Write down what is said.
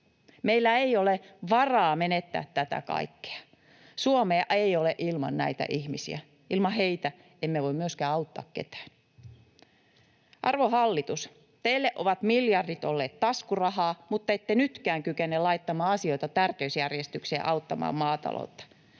Meillä ei ole varaa menettää tätä kaikkea. Suomea ei ole ilman näitä ihmisiä. Ilman heitä emme voi myöskään auttaa ketään. Arvon hallitus, teille ovat miljardit olleet taskurahaa, mutta ette nytkään kykene laittamaan asioita tärkeysjärjestykseen ja auttamaan maataloutta